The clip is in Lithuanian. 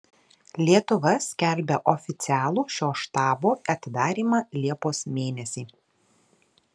lietuva skelbia oficialų šio štabo atidarymą liepos mėnesį